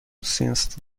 since